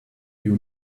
you